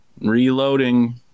reloading